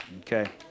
Okay